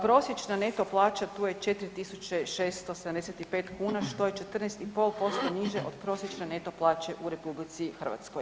Prosječna neto plaća tu je 4 675 kuna, što je 14,5% niže od prosječne neto plaće u RH.